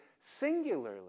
singularly